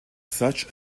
such